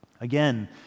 Again